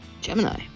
Gemini